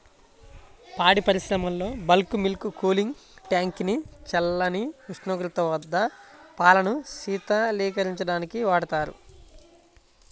పాడి పరిశ్రమలో bulk milk cooling tank ని చల్లని ఉష్ణోగ్రత వద్ద పాలను శీతలీకరించడానికి వాడతారు